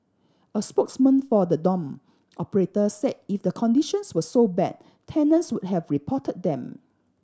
a spokesman for the dorm operator said if the conditions were so bad tenants would have reported them